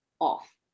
off